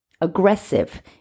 aggressive